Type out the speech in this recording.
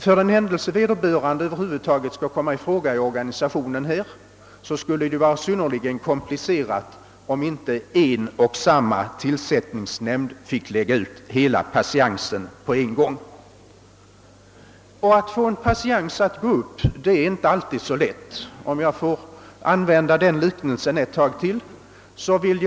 För den händelse vederbörande över huvud taget skall komma i fråga skulle det ju vara synnerligen komplicerat, om inte en och samma tillsättningsnämnd finge lägga ut hela patiensen på en gång. Och — låt mig använda liknelsen en gång till — att få en patiens att gå ut är inte alltid så lätt.